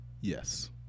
yes